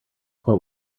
what